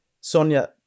Sonia